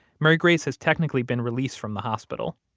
mary grace has technically been released from the hospital.